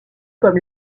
comme